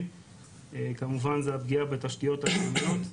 כמובן זה הפגיעה בתשתיות הלאומיות,